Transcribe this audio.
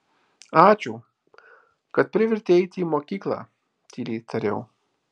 ačiū kad privertei eiti į mokyklą tyliai tariau